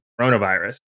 coronavirus